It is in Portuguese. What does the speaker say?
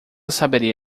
saberia